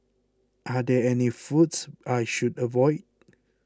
are there any foods I should avoid